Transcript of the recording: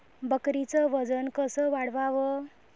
बकरीचं वजन कस वाढवाव?